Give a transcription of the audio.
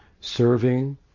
Serving